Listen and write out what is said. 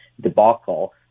debacle